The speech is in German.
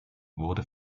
wurde